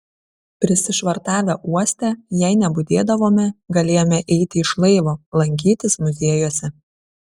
prisišvartavę uoste jei nebudėdavome galėjome eiti iš laivo lankytis muziejuose